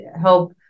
help